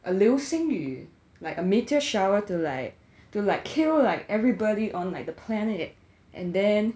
a 流星雨 like a meteor shower to like to like kill like everybody on like the planet and then